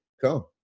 come